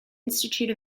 institute